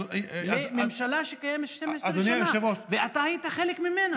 לממשלה שקיימת 12 שנה ואתה היית חלק ממנה.